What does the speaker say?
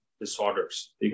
disorders